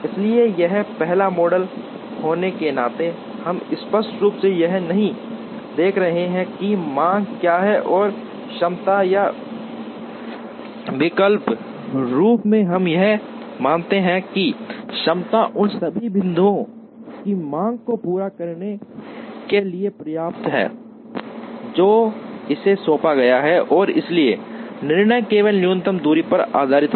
इसलिए यह एक पहला मॉडल होने के नाते हम स्पष्ट रूप से यह नहीं देख रहे हैं कि मांग क्या है और क्षमता या वैकल्पिक रूप से हम यह मानते हैं कि क्षमता उन सभी बिंदुओं की मांग को पूरा करने के लिए पर्याप्त है जो इसे सौंपा गया है और इसलिए निर्णय केवल न्यूनतम दूरी पर आधारित है